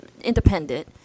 Independent